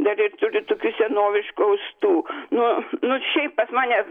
dar ir turiu tokių senoviškų austų nu nu šiaip pas mane